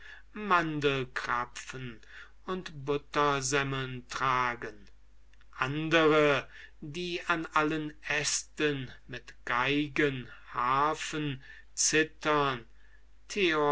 bratwürste mandelkrapfen und buttersemmeln tragen andere die an allen ästen mit geigen harfen cithern